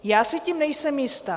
Já si tím nejsem jista.